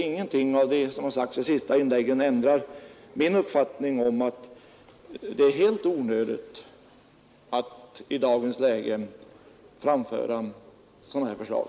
Ingenting av det som har sagts i de senaste inläggen ändrar min uppfattning om att det är helt onödigt att i dagens läge framföra sådana här förslag.